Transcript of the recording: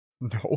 No